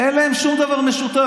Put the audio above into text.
אין להם שום דבר משותף.